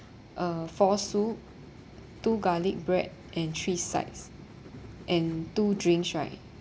uh four soup two garlic bread and three sides and two drinks right